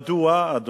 מדוע, אדוני,